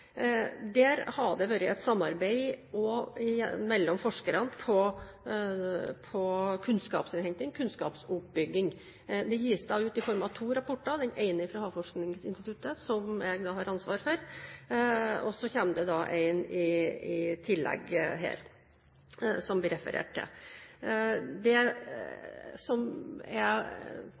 Det har vært et samarbeid mellom forskerne om kunnskapsinnhenting og kunnskapsoppbygging. Det gis også ut to andre rapporter. Den ene er fra Havforskningsinstituttet, som jeg har ansvar for, og så kommer det en i tillegg, som det ble referert til. Her – som ellers – er